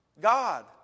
God